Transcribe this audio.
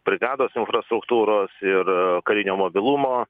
brigados infrastruktūros ir karinio mobilumo